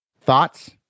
thoughts